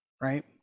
right